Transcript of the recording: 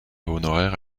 honoraire